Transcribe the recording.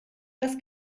das